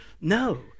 No